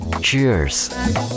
cheers